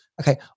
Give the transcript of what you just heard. okay